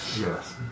Yes